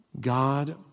God